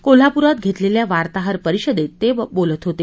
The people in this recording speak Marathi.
कोल्हापुरात घेतलेल्या वार्ताहर परिषदेत ते आज बोलत होते